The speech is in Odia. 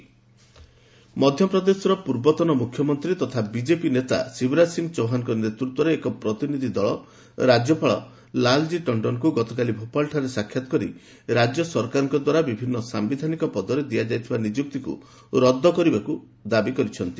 ଏମ୍ପି ଆସେମ୍କି ମଧ୍ୟପ୍ରଦେଶର ପୂର୍ବତନ ମୁଖ୍ୟମନ୍ତ୍ରୀ ତଥା ବିଜେପି ନେତା ଶିବରାଜ ସିଂ ଚୌହାନଙ୍କ ନେତୃତ୍ୱରେ ଏକ ପ୍ରତିନିଧି ଦଳ ରାଜ୍ୟପାଳ ଲାଲଜୀ ଟଣ୍ଡନଙ୍କୁ ଗତକାଲି ଭୋପାଳଠାରେ ସାକ୍ଷାତ କରି ରାଜ୍ୟ ସରକାରଙ୍କ ଦ୍ୱାରା ବିଭିନ୍ନ ସାୟିଧାନିକ ପଦରେ ଦିଆଯାଇଥିବା ନିଯୁକ୍ତିକୁ ରଦ୍ଦ କରିବାକୁ ଦାବି କରାଯାଇଛି